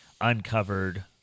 uncovered